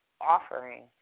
offering